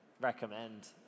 recommend